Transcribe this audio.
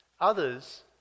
Others